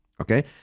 Okay